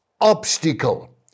obstacle